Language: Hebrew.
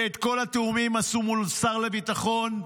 ואת כל התיאומים עשו מול שר הביטחון גלנט.